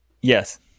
Yes